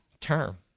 term